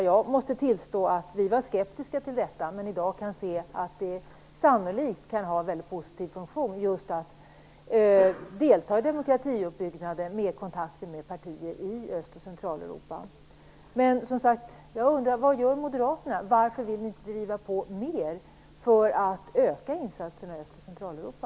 Jag måste tillstå att vi var skeptiska till detta, men i dag kan vi se att det sannolikt kan ha en väldigt positiv funktion att delta i demokratiuppbyggnaden via kontakter med partier i Öst och Centraleuropa. Jag undrar vad Moderaterna gör. Varför vill ni inte driva på mer för att öka insatserna i Öst och Centraleuropa?